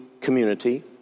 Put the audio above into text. community